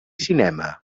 cinema